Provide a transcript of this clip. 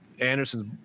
Anderson's